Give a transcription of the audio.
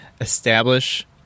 establish